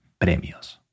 premios